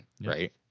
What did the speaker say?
right